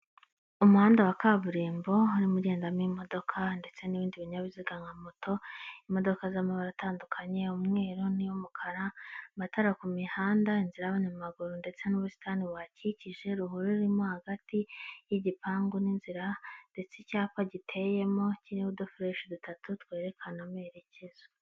Umuhanda wa kaburimbo urimo ugendamo imodoka ndetse n'ibindi binyabiziga nka moto, imodoka z'amabara atandukanye, umweru n'iy'umukara, amatara ku mihanda inzira y'abanyamaguru ndetse n'ubusitani buhakikije, ruhurura irimo hagati y'igipangu n'inzira ndetse icyapa giteyemo kiriho udufureshi dutatu twerekana amerekezo.